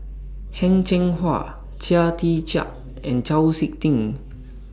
Heng Cheng Hwa Chia Tee Chiak and Chau Sik Ting